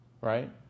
Right